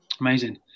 Amazing